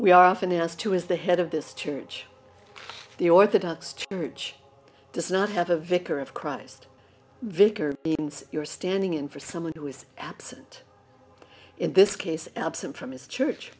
we are often asked to is the head of this church the orthodox church does not have a vicar of christ vicar you're standing in for someone who is absent in this case absent from his church